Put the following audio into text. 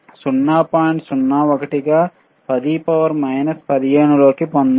01 గా 10 15లోకి పొందండి